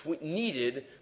needed